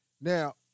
Now